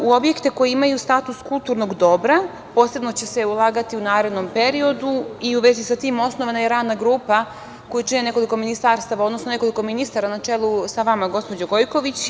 U objekte koji imaju status kulturnog dobra posebno će se ulagati u narednom periodu i u vezi sa tim osnovana je i Radna grupa koju čini nekoliko ministarstava, odnosno nekoliko ministara na čelu sa vama, gospođo Gojković.